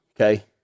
okay